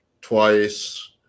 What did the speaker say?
twice